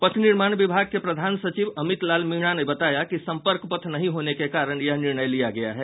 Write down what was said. पथ निर्माण विभाग के प्रधान सचिव अमित लाल मीणा ने बताया कि संपर्क पथ नहीं होने के कारण यह निर्णय लिया गया है